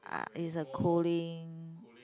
ah is a cooling